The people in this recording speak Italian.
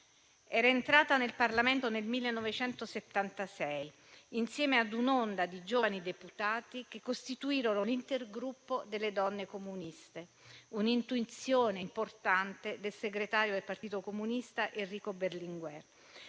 Era entrata nel Parlamento nel 1976, insieme a un’onda di giovani deputati che costituirono l’intergruppo delle donne comuniste, un’intuizione importante del segretario del Partito Comunista Enrico Berlinguer,